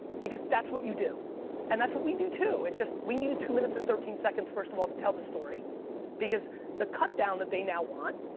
because that's what you do and that's what we do, too. it's just, we needed two minutes and thirteen seconds first of all to tell the story because the cut down that they now want,